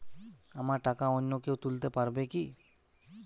আমার টাকা অন্য কেউ তুলতে পারবে কি?